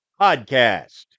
Podcast